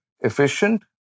efficient